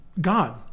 god